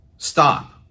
Stop